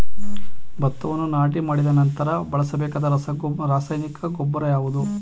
ಭತ್ತವನ್ನು ನಾಟಿ ಮಾಡಿದ ನಂತರ ಬಳಸಬೇಕಾದ ರಾಸಾಯನಿಕ ಗೊಬ್ಬರ ಯಾವುದು?